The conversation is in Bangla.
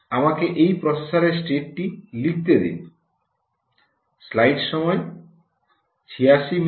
আমাকে এই প্রসেসরের স্টেটটি লিখতে দিন